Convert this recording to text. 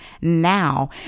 now